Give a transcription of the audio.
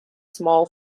small